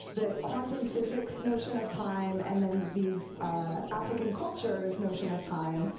the quantum physics notion of time, and then these african cultures' notion of time,